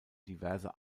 diverse